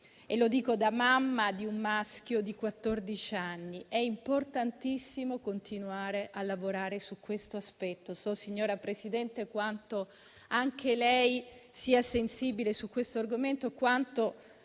Lo dico da mamma di un maschio di quattordici anni. È importantissimo continuare a lavorare su questo aspetto. So, signora Presidente, quanto anche lei sia sensibile a questo argomento e quanto